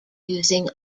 using